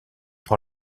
par